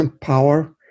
power